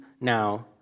now